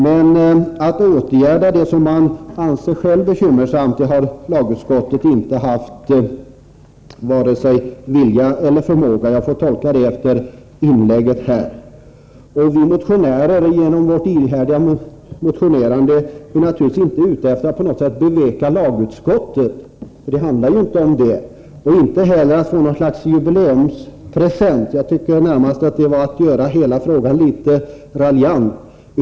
Men att åtgärda det som man själv anser vara bekymmersamt har lagutskottet inte haft vare sig vilja eller förmåga till — jag får tolka det så efter Stig Olssons inlägg här. Vi motionärer är genom vårt ihärdiga motionerande naturligtvis inte ute efter att beveka lagutskottet på något sätt, och inte heller att få något slags jubileumspresent — att påstå det var närmast att behandla hela frågan litet raljant.